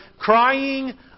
Crying